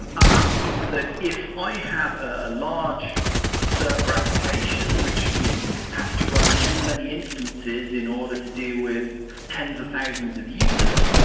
and um that means that if i have a large server application which yeah has to run many, many instances in order to deal with tens of thousands of users,